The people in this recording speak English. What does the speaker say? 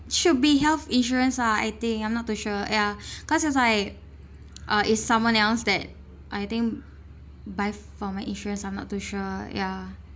should be health insurance ah I think I'm not to sure ya cause is I uh is someone else that I think buy for my insurance I'm not too sure ya